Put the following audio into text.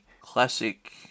classic